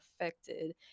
affected